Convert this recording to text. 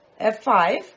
F5